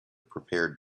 prepared